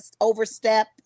overstep